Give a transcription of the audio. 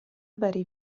bari